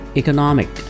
economic